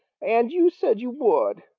and you said you would,